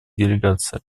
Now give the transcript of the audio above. делегаций